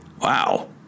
Wow